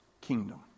kingdom